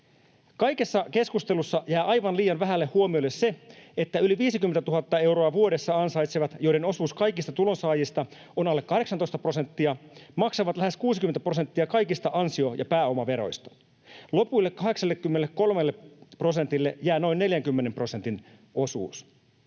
Kaikessa keskustelussa jää aivan liian vähälle huomiolle se, että yli 50 000 euroa vuodessa ansaitsevat, joiden osuus kaikista tulonsaajista on alle 18 prosenttia, maksavat lähes 60 prosenttia kaikista ansio- ja pääomaveroista. Lopuille 83 prosentille jää noin 40 prosentin osuus.